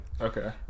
Okay